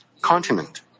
continent